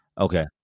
Okay